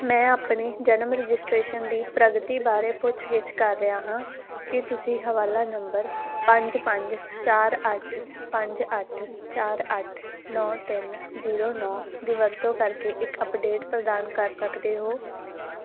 ਮੈਂ ਆਪਣੀ ਜਨਮ ਰਜਿਸਟ੍ਰੇਸ਼ਨ ਦੀ ਪ੍ਰਗਤੀ ਬਾਰੇ ਪੁੱਛ ਗਿੱਛ ਕਰ ਰਿਹਾ ਹਾਂ ਕੀ ਤੁਸੀਂ ਹਵਾਲਾ ਨੰਬਰ ਪੰਜ ਪੰਜ ਚਾਰ ਅੱਠ ਪੰਜ ਅੱਠ ਚਾਰ ਅੱਠ ਨੌਂ ਤਿੰਨ ਜ਼ੀਰੋ ਨੌਂ ਦੀ ਵਰਤੋਂ ਕਰਕੇ ਇੱਕ ਅੱਪਡੇਟ ਪ੍ਰਦਾਨ ਕਰ ਸਕਦੇ ਹੋ